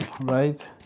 right